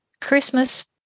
Christmas